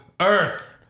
earth